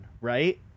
right